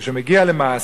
כשזה מגיע למעשה,